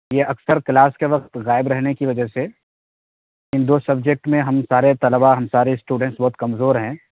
یہ اکثر کلاس کے وقت غائب رہنے کی وجہ سے ان دو سبجیکٹ میں ہم سارے طلبا ہم سارے اسٹوڈنٹس بہت کمزور ہیں